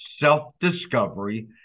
self-discovery